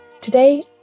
Today